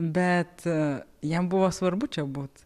bet jam buvo svarbu čia būt